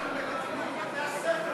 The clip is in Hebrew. אנחנו מתקנים, בתי-הספר מממשים.